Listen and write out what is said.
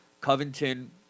Covington